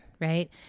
right